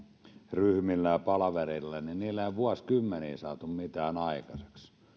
ryhmillä ja palavereilla ei vuosikymmeniin ole saatu mitään aikaiseksi